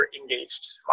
engaged